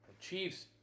Chiefs